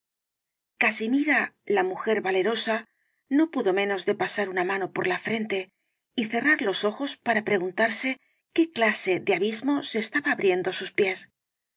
casimira la mujer valerosa no pudo menos de pasar una mano por la frente y cerrar los ojos para preguntarse qué clase de abismo se estaba abriendo á sus pies